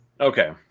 Okay